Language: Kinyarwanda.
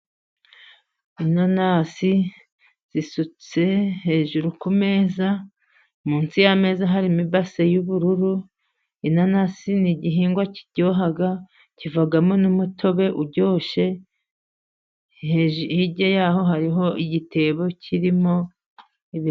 Inanasi zisutse hejuru ku meza, munsi y'ameza harimo ibase y'ubururu, inanasi ni gihingwa kiryoha, kivamo n'umutobe uryoshye, hirya ya ho hariho igitebo kirimo ibi....